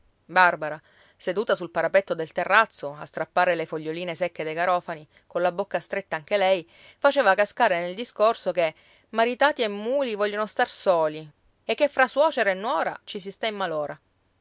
barbara seduta sul parapetto del terrazzo a strappare le foglioline secche dei garofani colla bocca stretta anche lei faceva cascare nel discorso che maritati e muli vogliono star soli e che fra suocera e nuora ci si sta in malora